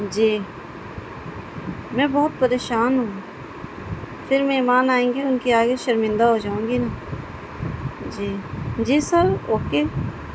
جی میں بہت پریشان ہوں پھر مہمان آئیں گے ان کی آگے شرمندہ ہو جاؤں گی نا جی جی سر او کے